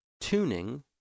tuning